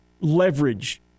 leverage